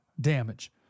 damage